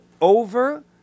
over